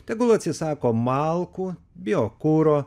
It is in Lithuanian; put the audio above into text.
tegul atsisako malkų biokuro